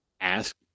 ask